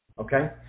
Okay